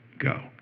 go